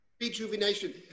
Rejuvenation